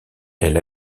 elle